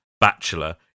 bachelor